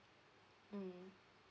mm